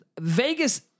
Vegas